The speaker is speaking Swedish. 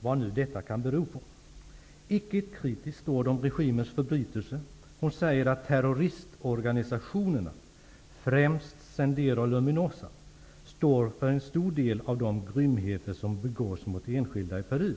vad det nu kan bero på. Hon säger icke ett kritiskt ord om regimens förbrytelser. Hon säger att terroristorganisationerna, främst Sendero Luminoso, står för en stor del av de grymheter som begås mot enskilda i Peru.